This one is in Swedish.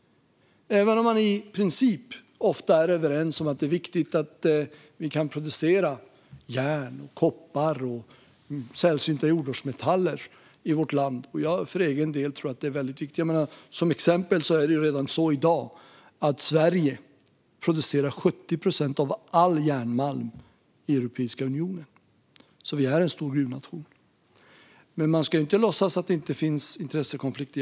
I princip är man ofta överens om att det är viktigt att vi kan producera järn, koppar och sällsynta jordartsmetaller i vårt land - jag tror för egen del att det är väldigt viktigt. Som exempel kan jag nämna att Sverige redan i dag producerar 70 procent av all järnmalm i Europeiska unionen, så vi är en stor gruvnation. Men man ska inte låtsas att det inte finns intressekonflikter.